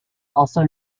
also